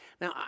Now